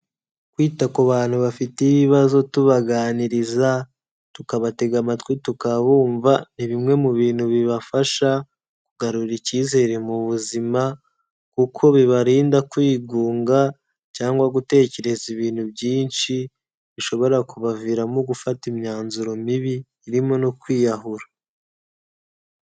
Kwita ku bantu bafite ibibazo tubaganiriza, tukabatega amatwi tukabumva ni bimwe mu bintu bibafasha kugarura icyizere mu buzima kuko bibarinda kwigunga cyangwa gutekereza ibintu byinshi bishobora kubaviramo gufata imyanzuro mibi irimo no kwiyahura.